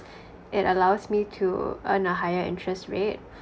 it allows me to earn a higher interest rate